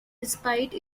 despite